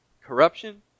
corruption